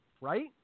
Right